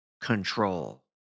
control